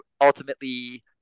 ultimately